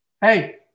hey